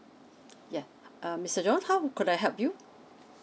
ya um mister john how could I help you